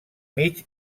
mig